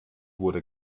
wurde